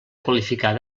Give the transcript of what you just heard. qualificar